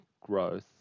growth